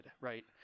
right